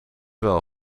wel